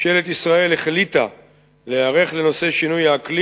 ממשלת ישראל החליטה להיערך לנושא שינוי האקלים